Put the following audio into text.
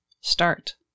start